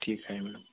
ठीक आहे मॅडम